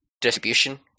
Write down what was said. distribution